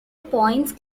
points